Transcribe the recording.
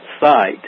site